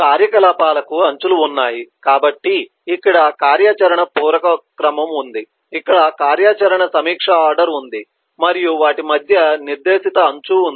కార్యకలాపాలకు అంచులు ఉన్నాయి కాబట్టి ఇక్కడ కార్యాచరణ పూరక క్రమం ఉంది ఇక్కడ కార్యాచరణ సమీక్ష ఆర్డర్ ఉంది మరియు వాటి మధ్య నిర్దేశిత అంచు ఉంది